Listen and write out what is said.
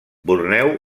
borneo